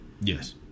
Yes